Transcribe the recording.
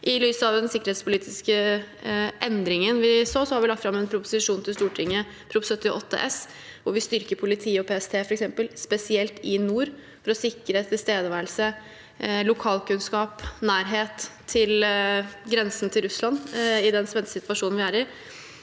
I lys av den sikkerhetspolitiske endringen vi så, har vi lagt fram en proposisjon til Stortinget – Prop. 78 S for 2021–2022 – hvor vi f.eks. styrker politi og PST spesielt i nord, for å sikre tilstedeværelse, lokalkunnskap og nærhet til grensen til Russland i den spente situasjonen vi er i.